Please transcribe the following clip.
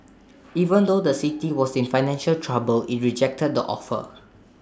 even though the city was in financial trouble IT rejected the offer